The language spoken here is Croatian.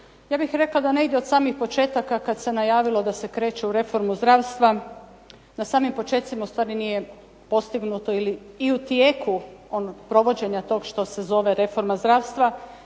Ja bih rekla da negdje od samih početaka kad se najavilo da se kreće u reformu zdravstva na samim počecima u stvari nije postignuto ili u tijeku provođenja tog što se zove reforma zdravstva